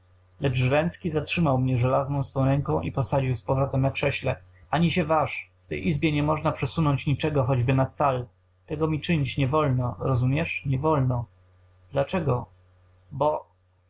zatrzymał mnie żelazną swą ręką i posadził z powrotem na krześle ani się waż w tej izbie nie można przesunąć niczego choćby na cal tego mi czynić nie wolno rozumiesz nie wolno dlaczego bo